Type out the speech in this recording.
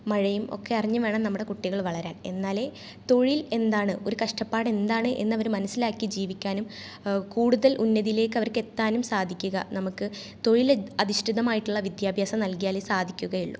മഴയും ഒക്കെ അറിഞ്ഞ് വേണം നമ്മുടെ കുട്ടികൾ വളരാൻ എന്നാലേ തൊഴിൽ എന്താണ് ഒരു കഷ്ടപ്പാട് എന്താണ് എന്നവർ മനസ്സിലാക്കി ജീവിക്കാനും കൂടുതൽ ഉന്നതിയിലേക്ക് അവർക്കെത്താനും സാധിക്കുക നമുക്ക് തൊഴിൽ അധ് അധിഷ്ഠിതമായിട്ടുള്ള വിദ്യാഭ്യാസം നൽകിയാലേ സാധിക്കുകയുള്ളു